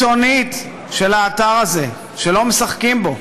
הקיצונית של האתר הזה, שלא משחקים בו.